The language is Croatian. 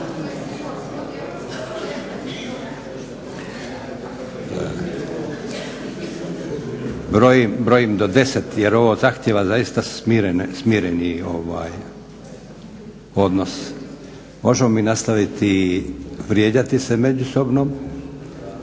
Brojim do 10 jer ovo zaista zahtjeva smireni odnos. Možemo mi nastaviti vrijeđati međusobno,